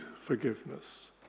forgiveness